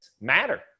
matter